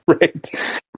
right